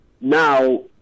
now